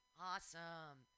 Awesome